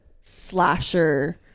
slasher